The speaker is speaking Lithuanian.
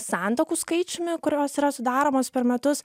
santuokų skaičiumi kurios yra sudaromos per metus